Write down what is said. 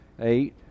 eight